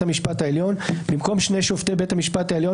המשפט העליון במקום שני שופטי בית המשפט העליון,